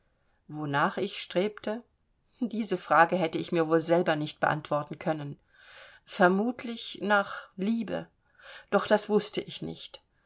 wonach ich strebte diese frage hätte ich mir wohl selber nicht beantworten können vermutlich nach liebe doch das wußte ich nicht